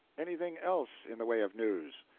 anything else in the way of news?